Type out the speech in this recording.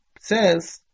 says